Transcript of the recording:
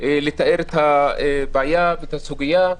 לתאר את הבעיה ואת הסוגיה,